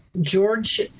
George